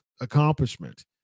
accomplishment